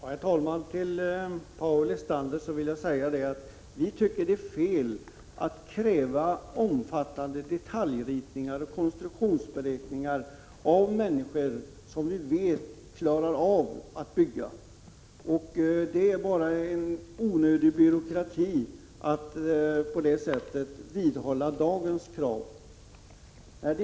Herr talman! Till Paul Lestander vill jag säga att vi tycker det är fel att kräva omfattande detaljritningar och konstruktionsberäkningar från människor som vi vet klarar av att bygga. Det är bara en onödig byråkrati att på det sättet vidhålla dagens krav.